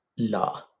LA